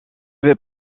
vais